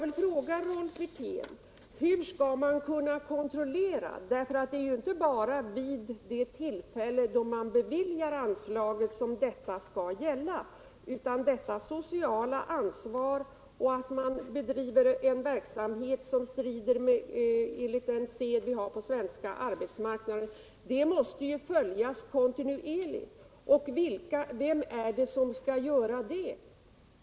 Det är ju inte bara vid det tillfälle då man beviljar anslaget sorn det sociala ansvaret skall gälla; att man bedriver en verksamhet i enlighet med den sed vi har på den svenska arbetsmarknaden måste följas kontinuerligt. Jag vill fråga Rolf Wirtén: Vem är det som skall kontrollera det?